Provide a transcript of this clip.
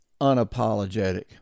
unapologetic